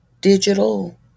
digital